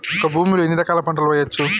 ఒక భూమి లో ఎన్ని రకాల పంటలు వేయచ్చు?